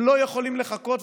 הם לא יכולים לחכות,